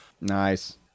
Nice